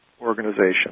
organization